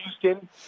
Houston